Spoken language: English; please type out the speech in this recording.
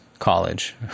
College